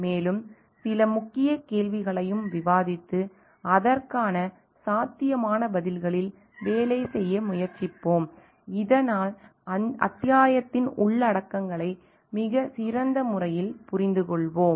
மேலும் சில முக்கிய கேள்விகளையும் விவாதித்து அதற்கான சாத்தியமான பதில்களில் வேலை செய்ய முயற்சிப்போம் இதனால் அத்தியாயத்தின் உள்ளடக்கங்களை மிகச் சிறந்த முறையில் புரிந்துகொள்வோம்